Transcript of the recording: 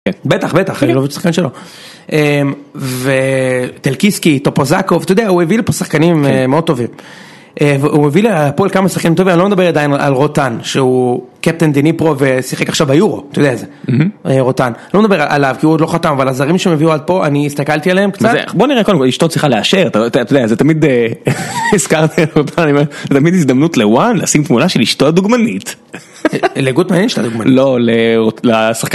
בטח, בטח, ????? השחקן שלו. וטלקיסקי, טופוזקוב, אתה יודע, הוא הביא לי פה שחקנים מאוד טובים. הוא הביא להפועל כמה שחקנים טובים, אבל לא מדבר עדיין על רותן, שהוא קפטן דיני פרו ושיחק עכשיו ביורו, אתה יודע איזה, רותן. לא מדבר עליו, כי הוא עוד לא חתם, אבל על הזרים שהם הביאו עד פה, אני הסתכלתי עליהם קצת. בוא נראה קודם כל, אשתו צריכה לאשר, אתה יודע, זה תמיד, הזכרתי הרבה פעמים, זה תמיד הזדמנות לוואן, לשים תמונה של אשתו הדוגמנית. לגוטמן אין אשה דוגמנית? לא, לשחקן.